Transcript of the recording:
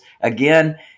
again